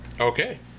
Okay